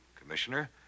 Commissioner